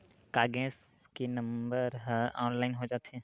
का गैस के नंबर ह ऑनलाइन हो जाथे?